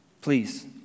please